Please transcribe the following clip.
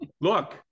Look